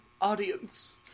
audience